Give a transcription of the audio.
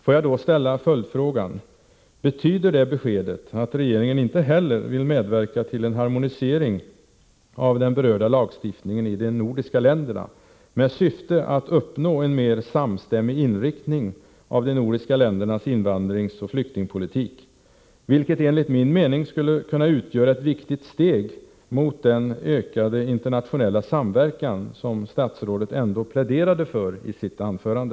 Får jag då ställa följdfrågan: Betyder det beskedet att regeringen inte heller vill medverka till en harmonisering av den berörda lagstiftningen i de nordiska länderna med syfte att uppnå en mer samstämmig inriktning av de nordiska ländernas invandringsoch flyktingpolitik, vilket enligt min mening skulle kunna utgöra ett viktigt steg mot den ökade internationella samverkan som statsrådet pläderade för i sitt anförande?